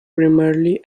primarily